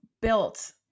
built